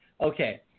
Okay